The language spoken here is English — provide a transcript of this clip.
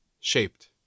shaped